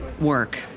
work